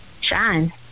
Shine